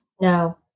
No